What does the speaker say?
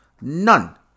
None